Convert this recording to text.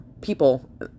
people